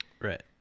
Right